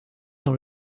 dans